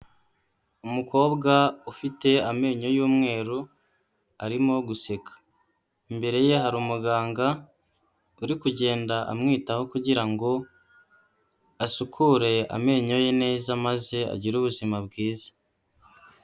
Umukobwa ufite amenyo y'umweru arimo guseka, imbere ye hari umuganga uri kugenda amwitaho kugira ngo asukure amenyo ye neza maze agire ubuzima bwiza.